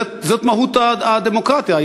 זאת מהות הדמוקרטיה,